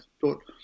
thought